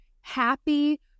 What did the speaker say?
happy